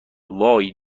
وای